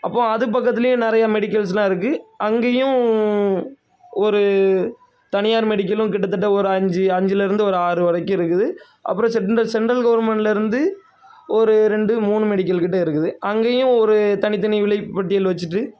அப்போது அதுக்கு பக்கத்திலையே நிறையா மெடிக்கல்ஸ்லாம் இருக்குது அங்கேயும் ஒரு தனியார் மெடிக்கலும் கிட்டத்தட்ட ஒரு அஞ்சு அஞ்சுலேருந்து ஒரு ஆறு வரைக்கும் இருக்குது அப்புறோம் சென்ட் இந்த சென்ட்ரல் கவுர்மெண்ட்லிருந்து ஒரு ரெண்டு மூணு மெடிக்கல்கிட்ட இருக்குது அங்கையும் ஒரு தனி தனி விலைப்பட்டியல் வெச்சுட்டு